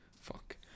fuck